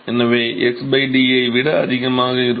எனவே இது xd ஐ விட அதிகமாக இருக்கும்